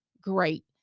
great